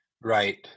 Right